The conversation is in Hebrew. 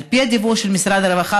על פי הדיווח של משרד הרווחה,